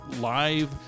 live